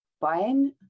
buying